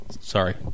Sorry